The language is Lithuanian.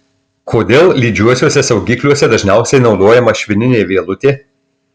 kodėl lydžiuosiuose saugikliuose dažniausiai naudojama švininė vielutė